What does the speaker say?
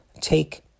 take